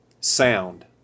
Sound